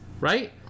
right